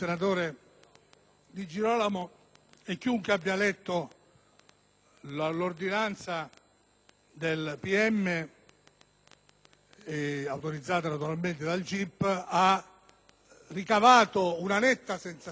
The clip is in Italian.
ministero, autorizzata naturalmente dal GIP, ha ricavato una netta sensazione; anche se in questa Aula i toni sono stati dimessi,